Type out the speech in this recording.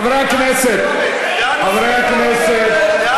אם אפשר את הערבים בכלל.